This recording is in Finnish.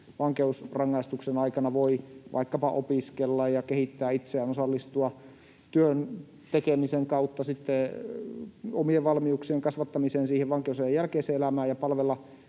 vankeusrangaistuksen aikana voi vaikkapa opiskella ja kehittää itseään, osallistua työn tekemisen kautta sitten omien valmiuksien kasvattamiseen siihen vankeusajan jälkeiseen elämään ja palvella